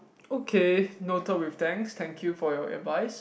okay noted with thanks thank you for your advice